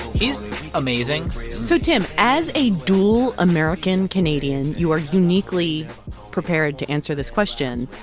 he's amazing so, tim, as a dual american canadian, you are uniquely prepared to answer this question.